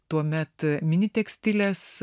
tuomet mini tekstilės